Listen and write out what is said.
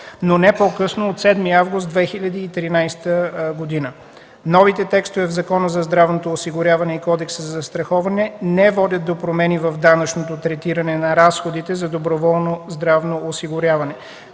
но не по-късно от 7 август 2013 г. Новите текстове в Закона за здравното осигуряване и Кодекса за застраховането не водят до промени в данъчното третиране на разходите за доброволно здравно осигуряване.